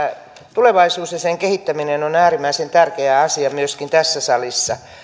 tulevaisuus ja sen kehittäminen on äärimmäisen tärkeä asia myöskin tässä salissa